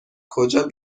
کجان